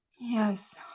Yes